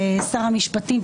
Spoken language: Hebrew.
ושר המשפטים,